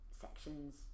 sections